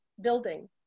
building